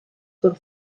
voor